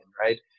right